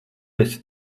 esi